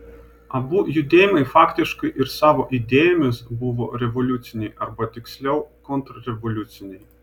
abu judėjimai faktiškai ir savo idėjomis buvo revoliuciniai arba tiksliau kontrrevoliuciniai